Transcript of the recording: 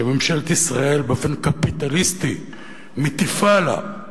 שממשלת ישראל באופן קפיטליסטי מטיפה לה,